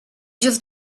just